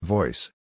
Voice